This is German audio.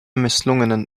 misslungenen